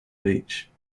beach